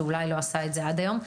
שאולי לא עשה את זה עד היום,